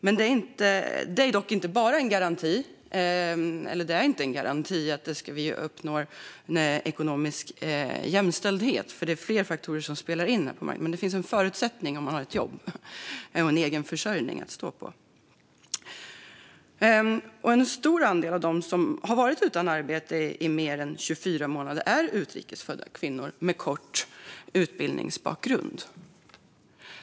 Men det är inte en garanti för att vi ska uppnå ekonomisk jämställdhet, för det är fler faktorer som spelar in. Men det finns en förutsättning om man har ett jobb och en egen försörjning att stå på. En stor andel av dem som har varit utan arbete i mer än 24 månader är utrikes födda kvinnor med kort utbildningsbakgrund.